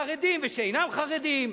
חרדים ושאינם חרדים,